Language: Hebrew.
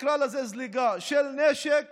זליגה של נשק